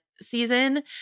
season